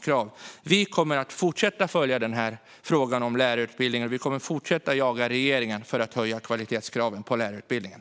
Vi liberaler kommer att fortsätta att följa frågan om lärarutbildningen, och vi kommer att fortsätta att jaga regeringen för att höja kvalitetskraven på lärarutbildningen.